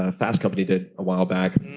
ah fast company did a while back.